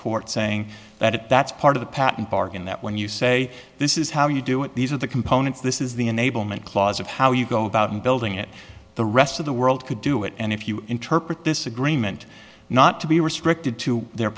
court saying that that's part of the patent bargain that when you say this is how you do it these are the components this is the enablement clause of how you go about building it the rest of the world could do it and if you interpret this agreement not to be restricted to their